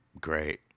Great